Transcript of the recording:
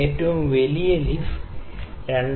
ഏറ്റവും വലിയ ലീഫ് 2